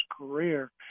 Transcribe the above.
career